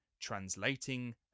translating